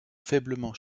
faiblement